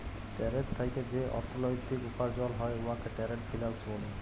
trade থ্যাইকে যে অথ্থলিতি উপার্জল হ্যয় উয়াকে টেরেড ফিল্যাল্স ব্যলে